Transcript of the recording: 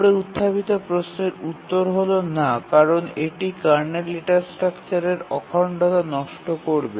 উপরে উত্থাপিত প্রশ্নের উত্তর হল না কারণ এটি কার্নেল ডেটা স্ট্রাকচারের অখণ্ডতা নষ্ট করবে